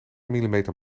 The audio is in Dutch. millimeter